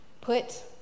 put